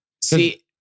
See